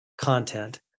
content